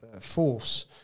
force